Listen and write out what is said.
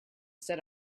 set